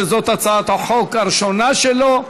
שזאת הצעת החוק הראשונה שלו.